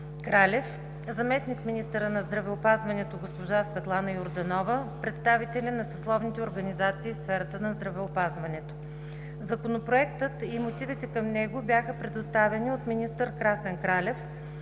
Кралев, заместник-министърът на здравеопазването госпожа Светлана Йорданова, представители на съсловните организации в сферата на здравеопазването. Законопроектът и мотивите към него бяха представени от министър Красен Кралев.